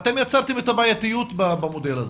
אתם יצרתם את הבעייתיות במודל הזה.